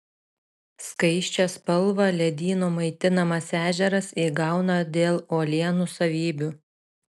skaisčią spalvą ledyno maitinamas ežeras įgauna dėl uolienų savybių